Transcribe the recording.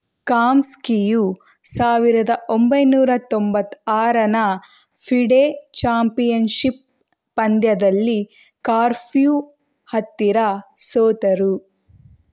ಕಾಮ್ಸ್ಕಿಯು ಸಾವಿರದ ಒಂಬೈನೂರ ತೊಂಬತ್ತ ಆರನೇ ಫಿಡೆ ಚಾಂಪಿಯನ್ಶಿಪ್ ಪಂದ್ಯದಲ್ಲಿ ಕಾರ್ಫ್ಯೂವ್ ಹತ್ತಿರ ಸೋತರು